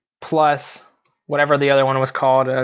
plus whatever the other one was called, ah